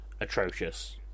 atrocious